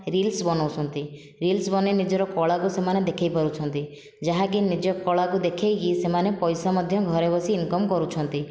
reels ବନାଉଛନ୍ତି reels ବନାଇ ନିଜର କଳାକୁ ସେମାନେ ଦେଖାଇ ପାରୁଛନ୍ତି ଯାହାକି ନିଜ କଳାକୁ ଦେଖାଇକି ସେମାନେ ପଇସା ମଧ୍ୟ ଘରେ ବସି ଇନ୍କମ୍ କରୁଛନ୍ତି